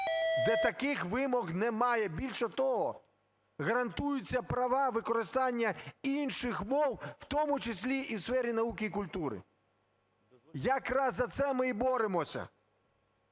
де таких вимог немає. Більше того, гарантуються права використання інших мов, в тому числі і в сфері науки і культури. Якраз за це ми і боремося.